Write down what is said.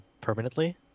permanently